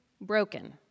broken